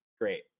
Great